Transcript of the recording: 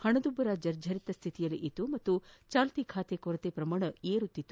ಪಣದುಬ್ಲರ ಜರ್ಝರಿತ ಸ್ಥಿತಿಯಲ್ಲಿತ್ತು ಮತ್ತು ಚಾಲ್ತಿ ಖಾತೆ ಕೊರತೆ ಪ್ರಮಾಣ ಏರುತ್ತಿತ್ತು